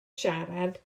siarad